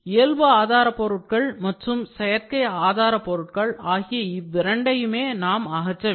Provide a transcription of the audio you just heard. இயல்புஆதாரபொருட்கள் மற்றும் செயற்கை ஆதாரபொருட்கள் ஆகிய இவ்விரண்டையுமே நாம் அகற்ற வேண்டும்